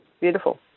Beautiful